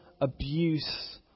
abuse